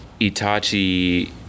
Itachi